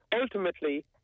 ultimately